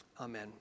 Amen